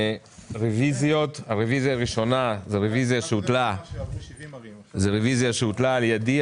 הרביזיה הראשונה היא רביזיה שהוטלה על ידי,